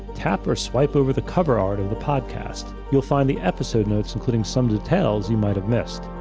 tap or swipe over the cover art of the podcast. you'll find the episodes notes including some details you might have missed.